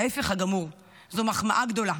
ההפך הגמור, זו מחמאה גדולה.